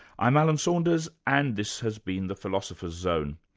i'm alan saunders, and this has been the philosopher's zone,